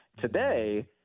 today